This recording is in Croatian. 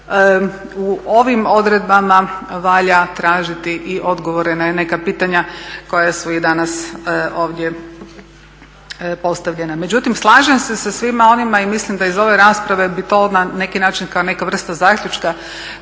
u ovim odredbama valja tražiti i odgovore na neka pitanja koja su i danas ovdje postavljena. Međutim, slažem se sa svima onima i mislim da iz ove rasprave bi to na neki način kao neka vrsta zaključka